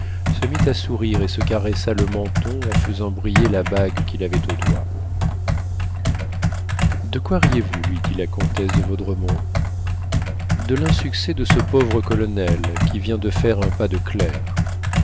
se mit à sourire et se caressa le menton en faisant briller la bague qu'il avait au doigt de quoi riez vous lui dit la comtesse de vaudremont de l'insuccès de ce pauvre colonel qui vient de faire un pas de